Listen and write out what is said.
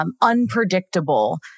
unpredictable